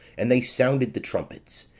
and they sounded the trumpets